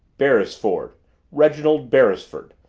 beresford reginald beresford,